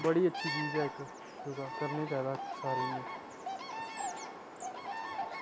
बड़ी अच्छी चीज़ ऐ इक्क योगा करना चाहिदा सारें गी